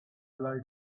like